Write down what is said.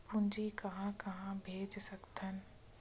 पूंजी कहां कहा भेज सकथन?